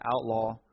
outlaw